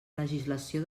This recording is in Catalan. legislació